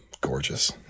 gorgeous